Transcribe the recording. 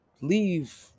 leave